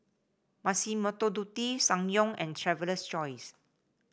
Massimo Dutti Ssangyong and Traveler's Choice